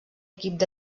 equip